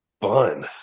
fun